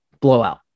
blowout